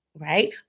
Right